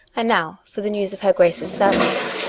and now for the news of her grace's servants.